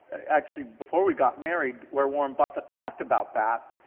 actually, before we got married, where warren buffett talked about that,